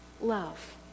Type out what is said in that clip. love